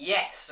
Yes